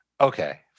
Okay